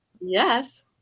Yes